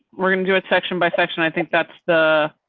we're going to do a section by section. i think that's the.